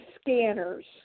scanners